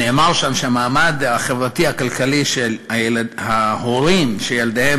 נאמר שם שהמעמד החברתי-הכלכלי של ההורים שילדיהם